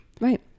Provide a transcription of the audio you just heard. Right